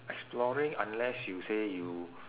exploring unless you say you